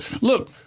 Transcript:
Look